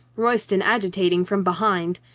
royston agitating from behind,